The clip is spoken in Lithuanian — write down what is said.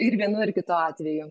ir vienu ir kitu atveju